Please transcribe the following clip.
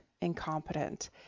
incompetent